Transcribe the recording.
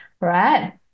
right